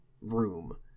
room